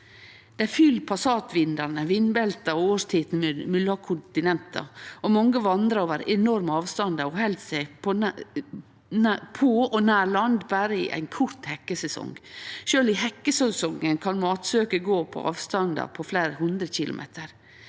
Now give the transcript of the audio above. Dei følgjer passatvindane, vindbelta og årstidene mellom kontinenta, og mange vandrar over enorme avstandar og held seg på og nær land berre i ein kort hekkesesong. Sjølv i hekkesesongen kan matsøket gå i avstandar på fleire hundre kilometer.